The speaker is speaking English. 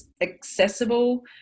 accessible